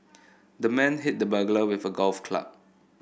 the man hit the burglar with a golf club